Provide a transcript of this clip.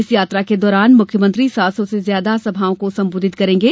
इस यात्रा के दौरान मुख्यमंत्री सात सौ से ज्यादा सभाओं को संबोधित करेंगे